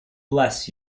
bless